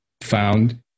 found